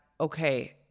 okay